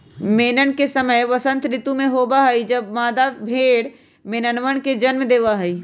मेमन के समय वसंत ऋतु में होबा हई जब मादा भेड़ मेमनवन के जन्म देवा हई